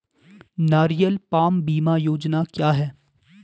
नारियल पाम बीमा योजना क्या है?